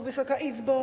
Wysoka Izbo!